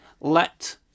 let